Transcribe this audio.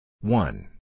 one